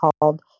called